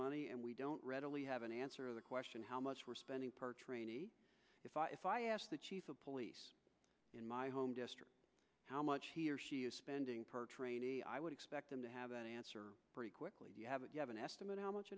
money and we don't readily have an answer the question how much we're spending per training if i if i asked the chief of police in my home district how much he or she is spending per training i would expect them to have an answer pretty quickly you have it you have an estimate how much